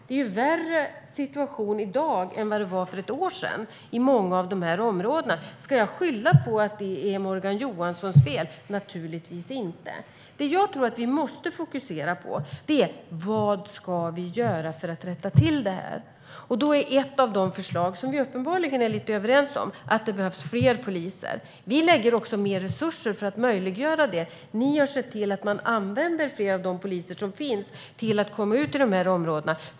Det är en värre situation i dag än det var för ett år sedan i många av de här områdena. Ska jag skylla det på Morgan Johansson? Naturligtvis inte. Det jag tror att vi måste fokusera på är vad vi ska göra för att rätta till det här. Då är ett av de förslag som vi uppenbarligen är rätt överens om att det behövs fler poliser. Vi lägger också mer resurser på att möjliggöra det. Ni har sett till att man använder fler av de poliser som finns till att komma ut i de här områdena.